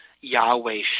Yahweh